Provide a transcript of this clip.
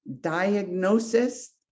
diagnosis